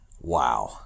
Wow